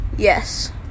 Yes